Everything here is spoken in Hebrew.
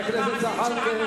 זה להכפיש, את העתיד של עם אחר.